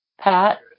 Pat